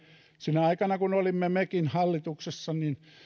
sinä aikana kun olimme mekin hallituksessa